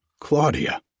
Claudia